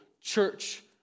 church